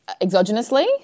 exogenously